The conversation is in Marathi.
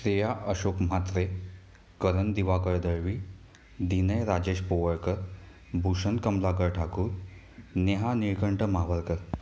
श्रेया अशोक म्हात्रे करन दिवाकर दळवी दिनेय राजेश पोवळकर भूषन कमलाकर ठाकूर नेहा निळकंट म्हावळकर